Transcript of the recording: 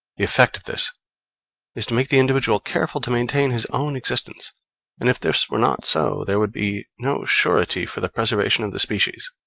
effect of this is to make the individual careful to maintain his own existence and if this were not so, there would be no surety for the preservation of the species.